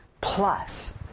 plus